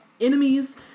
enemies